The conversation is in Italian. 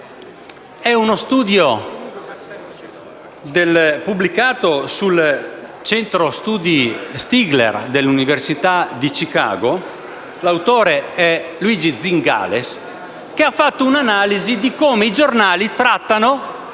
uno studio pubblicato dal centro studi Stigler, dell'Università di Chicago (autore Luigi Zingales), che ha fatto un'analisi su come i giornali trattano